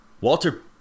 Walter